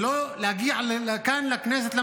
ולהגיע לכאן לכנסת,